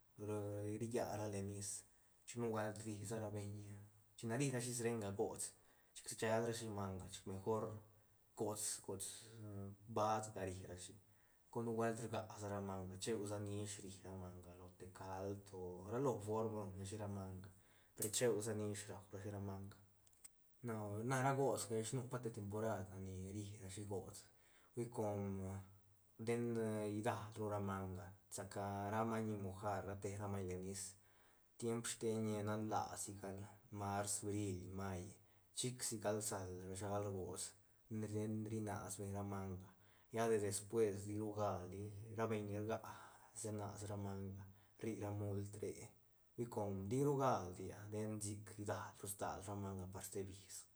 ri lla ra len nis chic nubuelt ri sa ra beñ china ri rashi renga gots chic rshelrashi manga chic mejor gots- gots baadga ri rashi gol cor nubuelt rgasa ra manga cheusa nish ri ra manga lo te cald o ra lo form ruñrashi ra manga per cheusa nish raurashi ra manga na- na ra gots ga ish nu pa te temporad a ni ri rashi gots hui com den idal ru ra manga saca ra maiñ mojar ra te ra maiñ len nis tiemp steiñ nan laa sigal mars briil may chic sigal sal rshal gots ten rinas beñ ra manga lla de despues ti ru galdi ra beñ ni rga se nas ra manga rri ra mult re hui com tiru galdi ah ten sic idalru stal ru manga par ste bis